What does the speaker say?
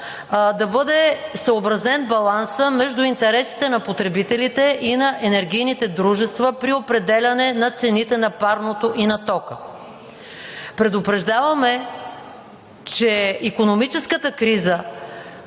да бъде съобразен балансът между интересите на потребителите и на енергийните дружества при определяне на цените на парното и на тока. Предупреждаваме, че икономическата криза